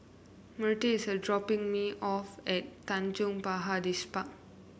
Myrtle is dropping me off at Tanjong Pagar Distripark